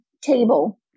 table